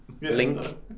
link